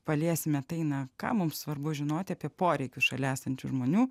paliesime tai na ką mums svarbu žinoti apie poreikius šalia esančių žmonių